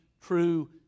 true